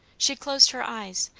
she closed her eyes,